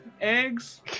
eggs